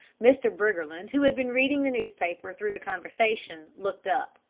mr. briggerland, who had been reading the newspaper through the conversation, looked up.